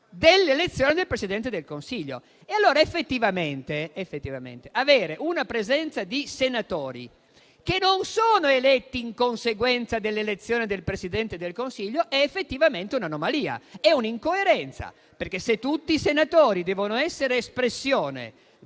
dell'elezione del Presidente del Consiglio. Allora, effettivamente, avere una presenza di senatori che non sono eletti in conseguenza dell'elezione del Presidente del Consiglio è un'anomalia, un'incoerenza. Se tutti i senatori devono essere espressione